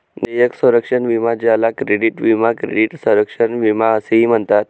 देयक संरक्षण विमा ज्याला क्रेडिट विमा क्रेडिट संरक्षण विमा असेही म्हणतात